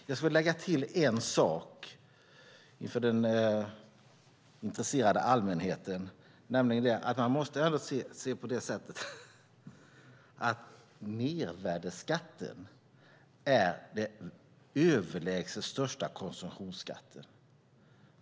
Jag vill lägga till en sak för den intresserade allmänheten, nämligen att man måste se det på det sättet att mervärdesskatten är den överlägset största konsumtionsskatten.